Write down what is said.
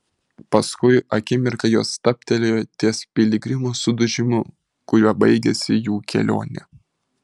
paskui akimirką jos stabtelėjo ties piligrimo sudužimu kuriuo baigėsi jų kelionė